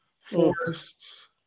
forests